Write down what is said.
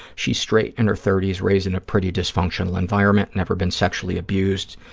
she's straight, in her thirty s, raised in a pretty dysfunctional environment, never been sexually abused,